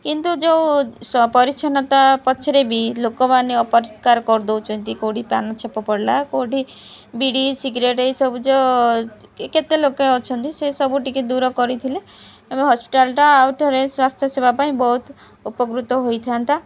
କିନ୍ତୁ ଯୋଉ ପରିଚ୍ଛନ୍ନତା ପଛରେ ବି ଲୋକମାନେ ଅପରିଷ୍କାର କରିଦେଉଛନ୍ତି କେଉଁଠି ପାନ ଛେପ ପଡ଼ିଲା କେଉଁଠି ବିଡ଼ି ସିଗାରେଟ୍ ଏଇସବୁ ଯୋଉ କେତେ ଲୋକେ ଅଛନ୍ତି ସେସବୁ ଟିକେ ଦୂର କରିଥିଲେ ହସ୍ପିଟାଲ୍ଟା ଆଉ ଠାରେ ସ୍ୱାସ୍ଥ୍ୟ ସେବା ପାଇଁ ବହୁତ ଉପକୃତ ହୋଇଥାନ୍ତା